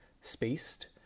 spaced